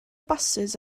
basys